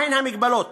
מהן המגבלות?